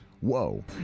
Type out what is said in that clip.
Whoa